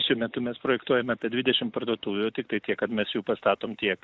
šiuo metu mes projektuojame apie dvidešim parduotuvių tiktai tiek kad mes jų pastatom tiek